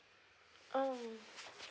oh